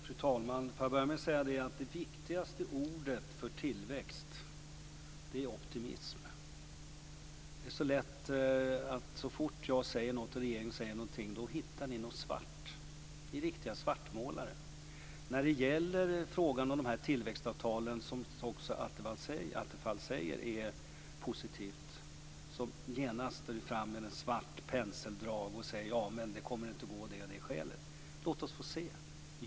Fru talman! Får jag börja med att säga att det viktigaste ordet för tillväxt är "optimism". Så fort jag eller regeringen säger någonting, då hittar ni någonting svart. Ni är riktiga svartmålare. När det gäller frågan om de här tillväxtavtalen, som också Attefall säger är någonting positivt, gör ni genast ett svart penseldrag och säger: Ja, men det kommer inte att gå av det och det skälet. Låt oss få se!